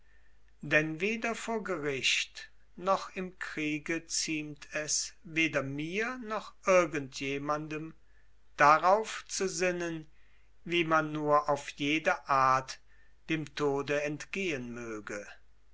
denn weder vor gericht noch im kriege ziemt es weder mir noch irgend jemandem darauf zu sinnen wie man nur auf jede art dem tode entgehen möge